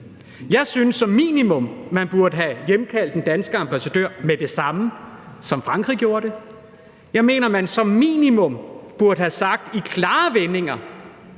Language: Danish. Jeg synes som minimum, at man burde have hjemkaldt den danske ambassadør med det samme, som Frankrig gjorde det. Jeg mener, at man som minimum i klare vendinger